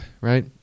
Right